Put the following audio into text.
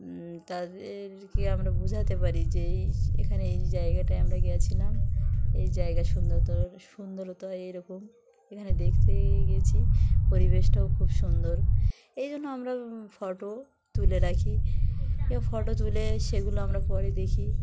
তাদেরকে আমরা বোঝাতে পারি যে এই এখানে এই জায়গাটায় আমরা গিয়েছিলাম এই জায়গা সুন্দর সুন্দর তো এইরকম এখানে দেখতে গিয়েছি পরিবেশটাও খুব সুন্দর এই জন্য আমরা ফটো তুলে রাখি ফটো তুলে সেগুলো আমরা পরে দেখি